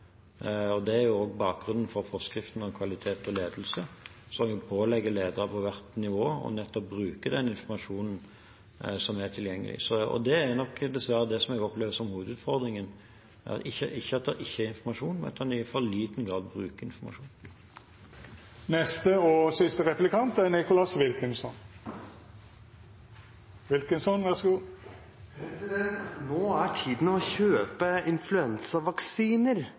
og det er også bakgrunnen for forskriften om kvalitet og ledelse, som pålegger ledere på hvert nivå nettopp å bruke den informasjonen som er tilgjengelig. Det er nok dessverre det jeg opplever som hovedutfordringen – ikke at det ikke er informasjon, men at en i for liten grad bruker informasjonen. Nå er det tiden for å kjøpe influensavaksiner til høsten. Ifølge OECDs kvalitetsindikatorer er